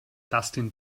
dustin